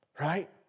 Right